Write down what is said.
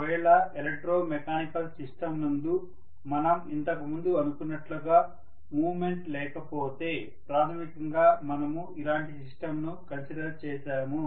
ఒకవేళ electromechanical system నందు మనం ఇంతకుముందు అనుకున్నట్లుగా మూమెంట్ లేకపోతే ప్రాథమికంగా మనము ఇలాంటి సిస్టంను కన్సిడర్ చేశాము